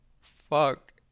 fuck